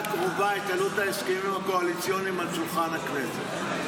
הקרובה את עלות ההסכמים הקואליציוניים על שולחן הכנסת.